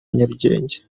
nyarugenge